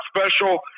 special